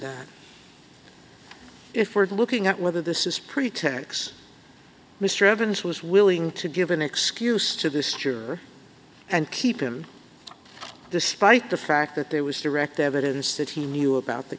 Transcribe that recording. that if we're looking at whether this is pretty tex mr evans was willing to give an excuse to this year and keep him despite the fact that there was direct evidence that he knew about the